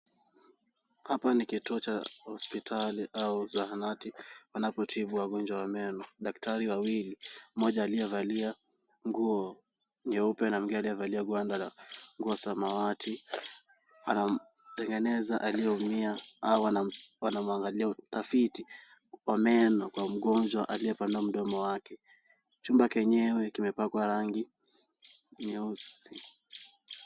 Hapa ni kituo cha hospitali au zahanati wanapotibu wagonjwa wa meno. Daktari wawili mmoja aliyevalia nguo nyeupe na mwingine aliyevaa gwanda la nguo samawati anamtengeneza aliyeumia au anamwangalia utafiti wa meno kwa mgonjwa aliyepanua mdomo wake. Chumba kenyewe kimepakwa rangi nyeusi.